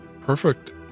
Perfect